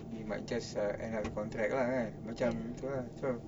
we might just uh end of the contract lah kan macam tu lah